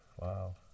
wow